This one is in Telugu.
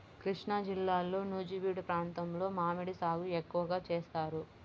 కృష్ణాజిల్లాలో నూజివీడు ప్రాంతంలో మామిడి సాగు ఎక్కువగా చేస్తారు